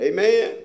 Amen